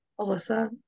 Alyssa